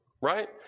right